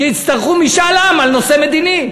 שיצטרכו משאל עם על נושא מדיני.